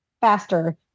faster